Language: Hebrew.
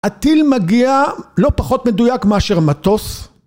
‫הטיל מגיע לא פחות מדויק ‫מאשר מטוס.